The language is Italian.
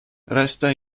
resta